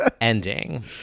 ending